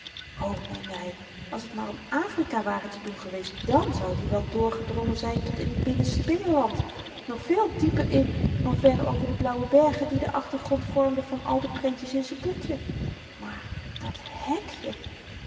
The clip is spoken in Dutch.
o meende hy als t maar om afrika ware te doen geweest dan zoud i wel doorgedrongen zyn tot in t binnenste binnenland nog veel dieper in dan ver over de blauwe bergen die den achtergrond vormden van al de prentjes in z'n boekje maar dat hekje